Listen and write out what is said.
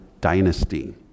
dynasty